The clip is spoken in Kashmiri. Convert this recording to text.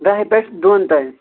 دَہہِ پٮ۪ٹھ دۄن تانۍ